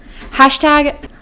Hashtag